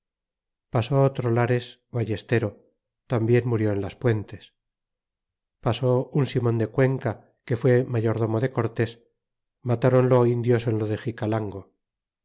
pasó otro lares vallestero tambien murió en las puentes pasó un simon de cuenca que fué mayordomo de cortés matáronlo indios en lo de